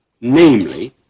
namely